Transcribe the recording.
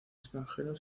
extranjero